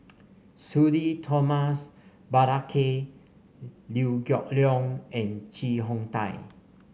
Sudhir Thomas Vadaketh Liew Geok Leong and Chee Hong Tat